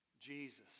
Jesus